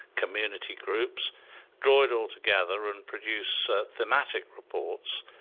community groups draw it all together and produce thematic reports,